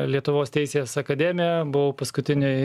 lietuvos teisės akademiją buvau paskutinėj